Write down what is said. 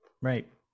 Right